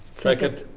second.